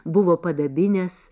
buvo padabinęs